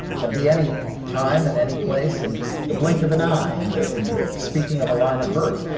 can be any time and any place, in the blink of an eye, in the in the speaking of a line of verse.